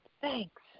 thanks